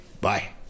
Bye